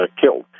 killed